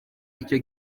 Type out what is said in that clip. icyo